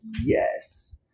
Yes